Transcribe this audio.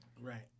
Right